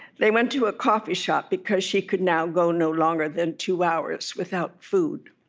they went to a coffee shop, because she could now go no longer than two hours without food